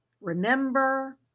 Remember